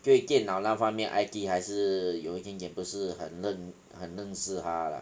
对电脑那方面 I_T 还是有一点点不是很认很认识它啦